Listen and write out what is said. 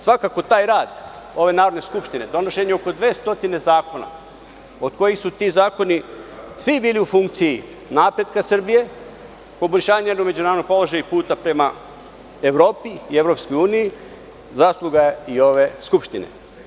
Svakako taj rad ove Narodne skupštine, donošenje oko 200 zakona, od kojih su ti zakoni svi bili u funkciji napretka Srbije, poboljšanje međunarodnog položaja i puta prema Evropi i EU, zasluga je i ove Skupštine.